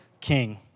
king